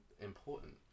important